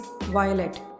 violet